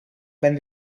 ben